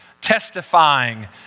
testifying